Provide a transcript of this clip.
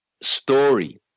story